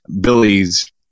Billy's